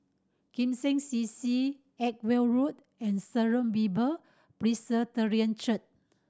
Kim Seng C C Edgware Road and Sharon Bible Presbyterian Church